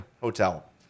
hotel